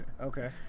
okay